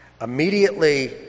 immediately